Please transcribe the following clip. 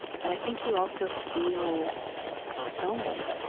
but i think you also feel lonely,